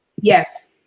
Yes